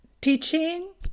teaching